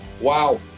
Wow